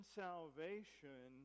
salvation